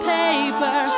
paper